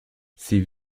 sie